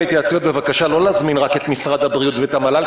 בהתייעצויות בבקשה לא להזמין רק את משרד הבריאות ואת המל"ל,